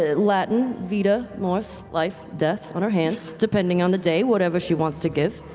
ah latin, vita, mors, life, death, on her hands depending on the day, whatever she wants to give.